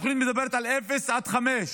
התוכנית מדברת על אפס עד חמש.